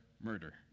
murder